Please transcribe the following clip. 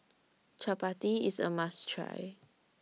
Chapati IS A must Try